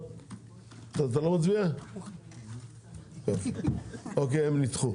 הצבעה בעד אין נגד 4